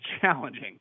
challenging